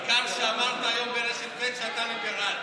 העיקר שאמרת היום ברשת ב' שאתה ליברל.